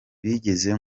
bigeze